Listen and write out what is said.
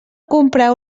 comprar